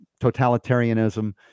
totalitarianism